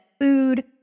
Food